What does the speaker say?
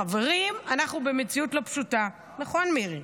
חברים, אנחנו במציאות לא פשוטה, נכון, מירי.